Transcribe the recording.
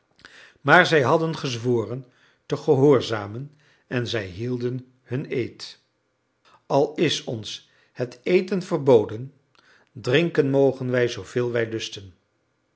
maar zij hadden gezworen te gehoorzamen en zij hielden hun eed al is ons het eten verboden drinken mogen wij zooveel wij